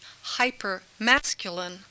hyper-masculine